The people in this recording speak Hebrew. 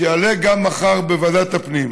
שיעלה מחר גם בוועדת הפנים,